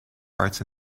arts